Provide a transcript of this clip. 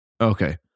Okay